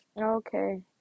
Okay